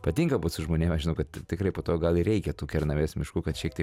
patinka būt su žmonėm aš žinau kad tikrai po to gal ir reikia tų kernavės miškų kad šiek tiek